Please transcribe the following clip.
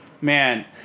man